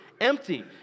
empty